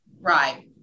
right